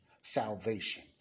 salvation